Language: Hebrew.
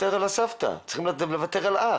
צריכים לוותר על הסבתא,